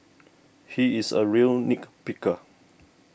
he is a real nit picker